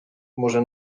może